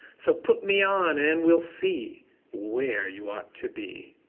so put me on and we'll see where you ought to be.